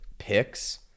picks